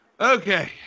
Okay